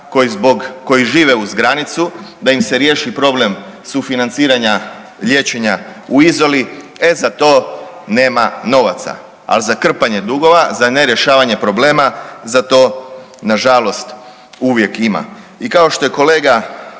koji žive uz granicu, da im se riješi problem sufinanciranja liječenja u Izoli, e za to nema novaca. Al za krpanje dugova, za nerješavanje problema, za to nažalost uvijek ima. I kao što je kolega